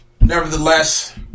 Nevertheless